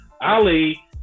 Ali